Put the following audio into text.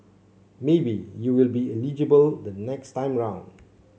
maybe you will be eligible the next time round